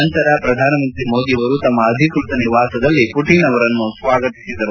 ನಂತರ ಪ್ರಧಾನಮಂತ್ರಿ ಮೋದಿಯವರು ತಮ್ಮ ಅಧಿಕೃತ ನಿವಾಸದಲ್ಲಿ ಪುಟಿನ್ ಅವರನ್ನು ಸ್ವಾಗತಿಸಿದರು